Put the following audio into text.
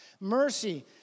Mercy